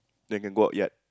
they can go out yet